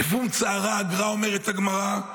"לפום צערא אגרא" אומרת הגמרא,